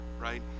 right